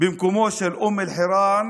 במקומו של אום אל-חיראן,